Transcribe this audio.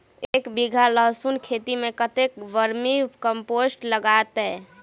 एक बीघा लहसून खेती मे कतेक बर्मी कम्पोस्ट लागतै?